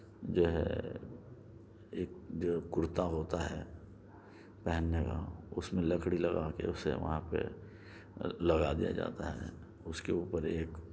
جو ہے ایک جو کُرتہ ہوتا ہے پہننے کا اُس میں لکڑی لگا کے اُسے وہاں پہ لگا دیا جاتا ہے اُس کے اُوپر ایک